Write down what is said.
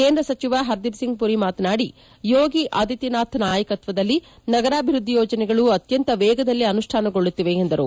ಕೇಂದ್ರ ಸಚಿವ ಹರ್ದೀಪ್ ಸಿಂಗ್ ಪುರಿ ಮಾತನಾಡಿ ಯೋಗಿ ಆದಿತ್ದನಾಥ್ ನಾಯಕತ್ವದಲ್ಲಿ ನಗರಾಭಿವೃದ್ದಿ ಯೋಜನೆಗಳು ಅತ್ಯಂತ ವೇಗದಲ್ಲಿ ಅನುಷ್ಣಾನಗೊಳ್ಳುತ್ತಿವೆ ಎಂದರು